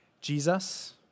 Jesus